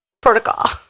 Protocol